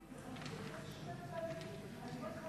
גברתי